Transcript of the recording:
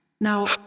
now